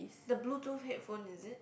the bluetooth headphone is it